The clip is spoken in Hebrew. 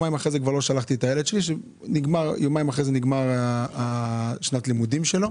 אבל יומיים אחרי המבצע נגמרה שנת הלימודים שלו.